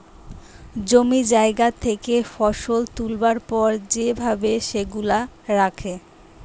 জমি জায়গা থেকে ফসল তুলবার পর যে ভাবে সেগুলা রাখে